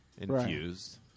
infused